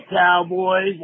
cowboys